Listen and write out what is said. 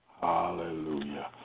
Hallelujah